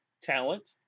talent